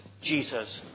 Jesus